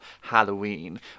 Halloween